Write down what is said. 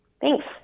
Thanks